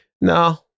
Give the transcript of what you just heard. No